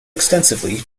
extensively